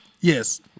Yes